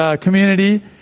community